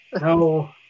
no